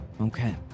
Okay